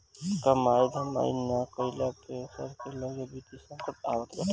कमाई धमाई नाइ कईला पअ सबके लगे वित्तीय संकट आवत बाटे